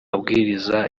mabwiriza